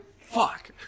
Fuck